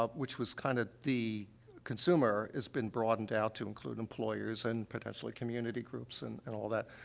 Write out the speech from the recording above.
ah which was, kind of, the consumer has been broadened out to include employers and potentially community groups and and all that.